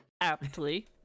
Aptly